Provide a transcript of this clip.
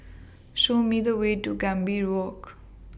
Show Me The Way to Gambir Walk